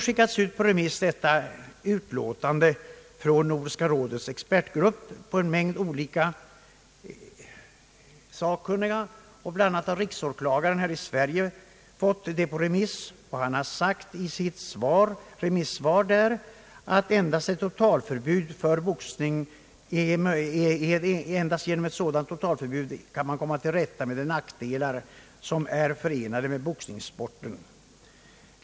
Utlåtandet från Nordiska rådets expertgrupp har skickats på remiss till en mängd olika sakkunniga. Bl.a. har riksåklagaren i Sverige fått utlåtandet på remiss, och han har i sitt svar sagt, att endast genom ett totalförbud för boxning kan man komma till rätta med de nackdelar som är förenade med boxningssporten.